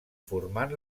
formant